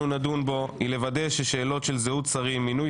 - ביקורת שיפוטית לעניין כשירות במינוי)